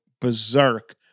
berserk